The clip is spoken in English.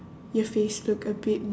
your face look a bit